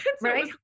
Right